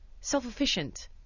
self-efficient